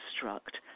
construct